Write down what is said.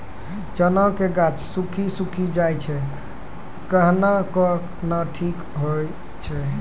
चना के गाछ सुखी सुखी जाए छै कहना को ना ठीक हो छै?